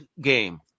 Game